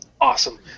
awesome